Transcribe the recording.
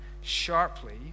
sharply